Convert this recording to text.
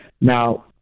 Now